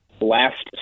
last